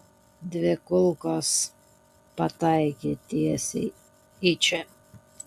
dvi kulkos pataikė tiesiai į čia